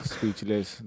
Speechless